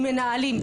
עם מנהלים,